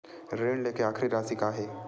ऋण लेके आखिरी राशि का हे?